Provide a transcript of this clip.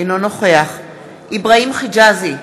אינו נוכח אבראהים חג'אזי,